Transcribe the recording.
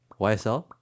YSL